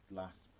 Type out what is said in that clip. last